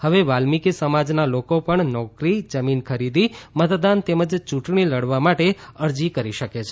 હવે વાલ્મિકી સમાજના લોકો પણ નોકરી જમીન ખરીદી મતદાન તેમજ ચૂંટણી લડવા માટે અરજી કરી શકે છે